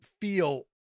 feel